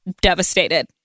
devastated